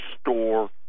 store